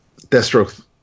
Deathstroke